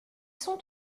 sont